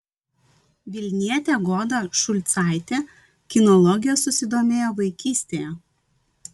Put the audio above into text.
vilnietė goda šulcaitė kinologija susidomėjo vaikystėje